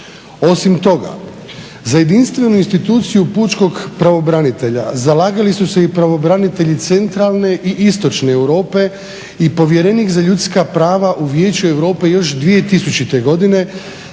Osim toga, za jedinstvenu instituciju pučkog pravobranitelja zalagali su se i pravobranitelji centralne i istočne Europe i povjerenik za ljudska prava u Vijeću Europe još 2000. godine